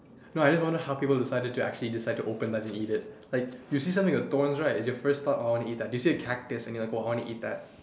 no I just want to know how people to decided to actually decide and open that and eat it like you see something with thorns right it is your first thought oh I want to eat that you see a cactus and like oh I want to eat that